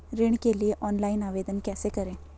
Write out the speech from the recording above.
ऋण के लिए ऑनलाइन आवेदन कैसे करें?